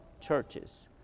churches